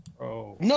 No